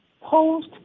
post